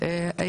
בארץ,